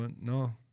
No